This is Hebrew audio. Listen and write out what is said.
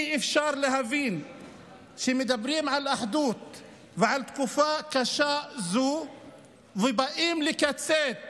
אי-אפשר להבין איך מדברים על אחדות ועל תקופה קשה זו ובאים לקצץ